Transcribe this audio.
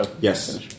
Yes